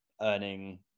earning